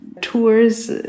tours